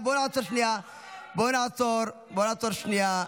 בואו נעצור שנייה.